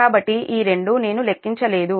కాబట్టి ఈ రెండు నేను లెక్కించలేదు